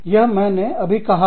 यह मैंने अभी कहां है